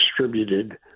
distributed